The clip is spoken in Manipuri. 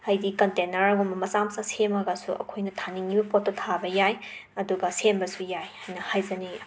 ꯍꯥꯏꯗꯤ ꯀꯟꯇꯦꯅꯔꯒꯨꯝꯕ ꯃꯆꯥ ꯃꯆꯥ ꯁꯦꯝꯃꯒꯁꯨ ꯑꯩꯈꯣꯏꯅ ꯊꯥꯅꯤꯡꯂꯤꯕ ꯄꯣꯠꯇꯨ ꯊꯥꯕ ꯌꯥꯏ ꯑꯗꯨꯒ ꯁꯦꯝꯕꯁꯨ ꯌꯥꯏ ꯍꯥꯏꯅ ꯍꯥꯏꯖꯅꯤꯡꯏ